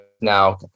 now